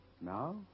Now